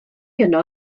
yno